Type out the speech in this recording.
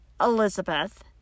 Elizabeth